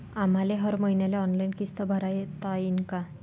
आम्हाले हर मईन्याले ऑनलाईन किस्त भरता येईन का?